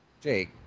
Jake